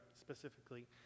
specifically